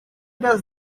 does